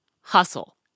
hustle